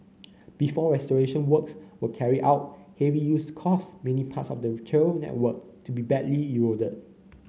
before restoration works were carried out heavy use caused many parts of the trail network to be badly eroded